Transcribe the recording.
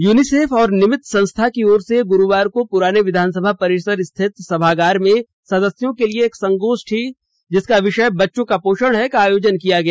UNICEF और निमित्त संस्था की ओर से गुरुवार को पुराने विधानसभा परिसर स्थित सभागार में सदस्यों के लिए एक संगोष्ठी जिसका विषय बच्चों के पोषण का आयोजन किया गया